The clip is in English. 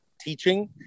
teaching